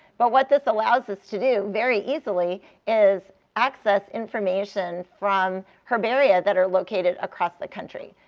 but what this allows us to do very easily is access information from herbaria that are located across the country.